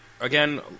Again